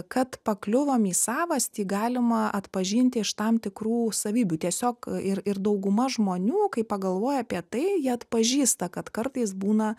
kad pakliuvom į savastį galima atpažinti iš tam tikrų savybių tiesiog ir ir dauguma žmonių kai pagalvoja apie tai jie atpažįsta kad kartais būna